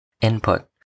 Input